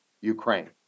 Ukraine